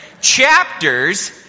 chapters